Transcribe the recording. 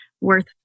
worth